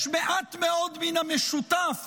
יש מעט מאוד מן המשותף